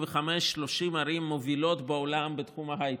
30 הערים המובילות בעולם בתחום ההייטק,